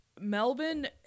Melbourne